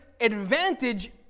advantage